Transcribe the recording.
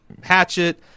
hatchet